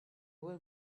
will